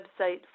website